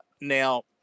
Now